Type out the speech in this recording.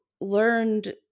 learned